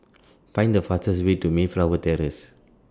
Find The fastest Way to Mayflower Terrace